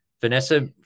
Vanessa